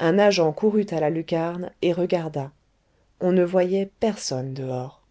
un agent courut à la lucarne et regarda on ne voyait personne dehors